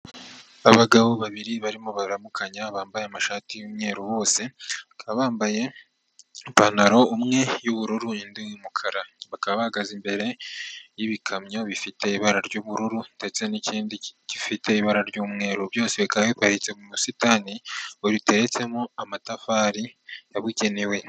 Abagabo babiri barimo baramukanya bambaye amashati y'umweru bose, bakaba bambaye ipantaro umwe y'ubururu undi iy'umukara. Babaka bahagaze imbere y'ibikamyo bifite ibara ry'ubururu ndetse n'ikindi gifite ibara ry'umweru. Byose bika biparitse mu busitani biteretsemo amatafari yabugenewe.